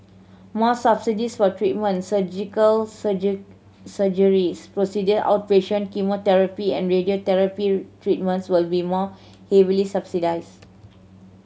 more subsidies for treatment Surgical surgeries procedure outpatient chemotherapy and radiotherapy treatments will be more heavily subsidised